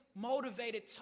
motivated